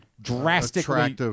drastically